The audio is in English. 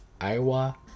Iowa